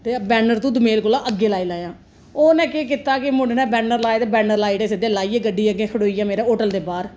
ते वेनर तू दमेल कोला अग्गे लाई लेआं उनें केह् कीता कि मुडे़ ने वेनर लाए ते बैनर लाई ओड़े सिद्धे लाइयै गड्डी अग्गै खड़ोई गेआ मेरे होटल दे बाहर